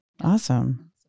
Awesome